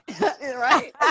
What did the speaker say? right